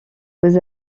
vous